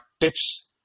tips